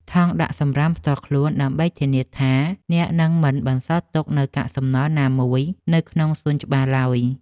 ថង់ដាក់សម្រាមផ្ទាល់ខ្លួន ដើម្បីធានាថាអ្នកនឹងមិនបន្សល់ទុកនូវកាកសំណល់ណាមួយនៅក្នុងសួនច្បារឡើយ។